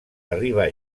arriba